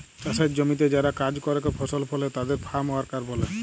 চাসের জমিতে যারা কাজ করেক ফসল ফলে তাদের ফার্ম ওয়ার্কার ব্যলে